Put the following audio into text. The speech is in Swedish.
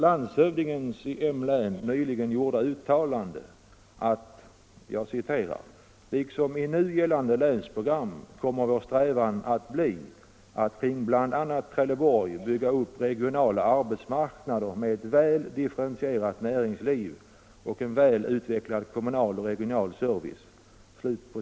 Landshövdingen förklarade nyligen att ”liksom i nu gällande länsprogram kommer vår strävan att bli att kring bl.a. Trelleborg bygga upp regionala arbetsmarknader med ett väl differentierat näringsliv och en väl utvecklad kommunal och regional service”.